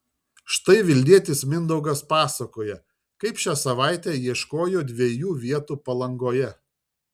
štai vilnietis mindaugas pasakoja kaip šią savaitę ieškojo dviejų vietų palangoje